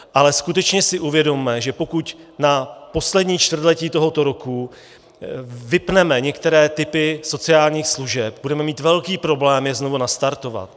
Ale skutečně si uvědomme, že pokud na poslední čtvrtletí tohoto roku vypneme některé typy sociálních služeb, budeme mít velký problém je znovu nastartovat.